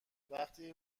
وقتی